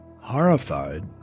Horrified